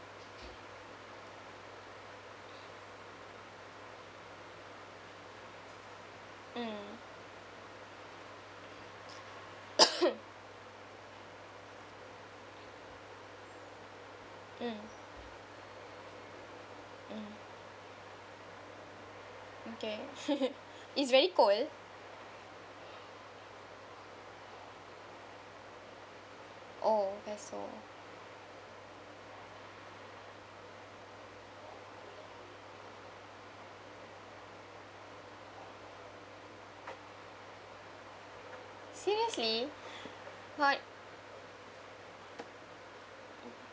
mm mm mm okay it's very cold oh pesto seriously but